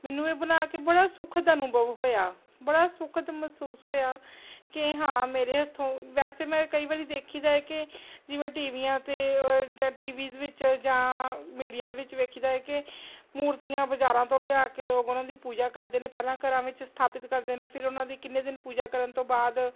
ਮੈਨੂੰ ਇਹ ਬਣਾ ਕੇ ਬੜਾ ਸੁੱਖ ਦਾ ਅਨੁਭਵ ਹੋਇਆ ਬੜਾ ਸੁਖਦ ਮਹਿਸੂਸ ਹੋਇਆ ਕਿ ਹਾਂ ਮੇਰੇ ਹੱਥੋਂ ਵੈਸੇ ਮੈਂ ਕਈ ਵਾਰੀ ਦੇਖੀ ਦਾ ਹੈ ਕਿ ਜਿਵੇਂ ਟੀਵੀਆਂ 'ਤੇ ਅ ਜਾਂ ਟੀਵੀਸ ਵਿੱਚ ਜਾਂ ਮੀਡੀਆ ਦੇ ਵਿੱਚ ਵੇਖੀ ਦਾ ਹੈ ਕਿ ਮੂਰਤੀਆਂ ਬਾਜ਼ਾਰਾਂ ਤੋਂ ਲਿਆ ਕੇ ਲੋਕ ਉਹਨਾਂ ਦੀ ਪੂਜਾ ਕਰਦੇ ਨੇ ਪਹਿਲਾਂ ਘਰਾਂ ਵਿੱਚ ਸਥਾਪਿਤ ਕਰਦੇ ਨੇ ਫਿਰ ਉਹਨਾਂ ਦੀ ਕਿੰਨੇ ਦਿਨ ਪੂਜਾ ਕਰਨ ਤੋਂ ਬਾਅਦ